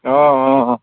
অঁ অঁ অঁ